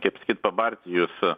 kaip sakyt pabarti jus